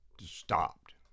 stopped